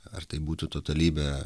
ar tai būtų totalybė